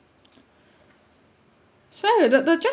sorry the ju~ just